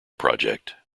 project